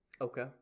Okay